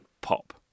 pop